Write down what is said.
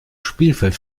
spielfeld